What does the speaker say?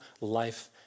life